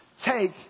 take